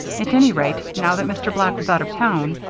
at any rate, now that mr. black was out of town,